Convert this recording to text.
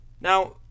Now